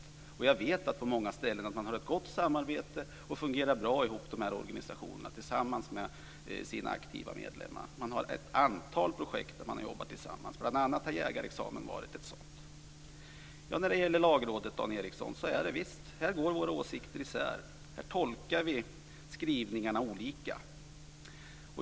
Jag vet att de här organisationerna på många ställen har ett gott samarbete och fungerar bra tillsammans med sina aktiva medlemmar. Man har ett antal projekt där man har jobbat tillsammans, bl.a. har jägarexamen varit ett sådant. När det gäller Lagrådet, Dan Ericsson, går våra åsikter isär. Här tolkar vi skrivningarna olika.